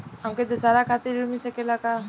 हमके दशहारा खातिर ऋण मिल सकेला का?